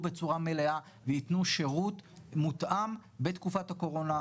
בצורה מלאה ויתנו שירות מותאם בתקופת הקורונה,